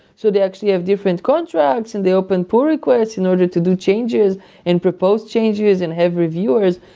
so they actually have different contracts and they open pull requests in order to do changes and propose changes and have reviewers,